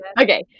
okay